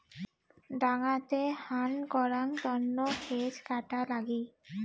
ডাঙাতে হান করাং তন্ন হেজ কাটা লাগি